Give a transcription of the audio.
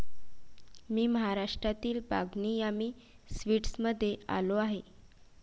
मी महाराष्ट्रातील बागनी यामी स्वीट्समध्ये आलो आहे